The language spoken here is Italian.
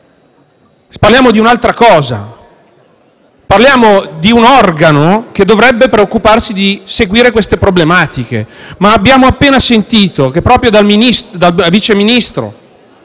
Parliamo di un'altra cosa, parliamo di un organo che dovrebbe preoccuparsi di seguire queste problematiche, ma abbiamo appena sentito proprio dal Sottosegretario